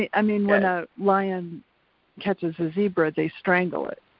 i mean, when a lion catches a zebra they strangle it,